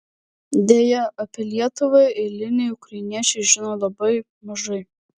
deja apie lietuvą eiliniai ukrainiečiai žino labai mažai